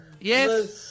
Yes